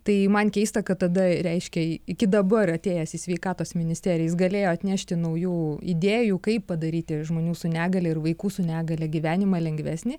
tai man keista kad tada reiškia iki dabar atėjęs į sveikatos ministeriją jis galėjo atnešti naujų idėjų kaip padaryti žmonių su negalia ir vaikų su negalia gyvenimą lengvesnį